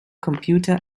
computer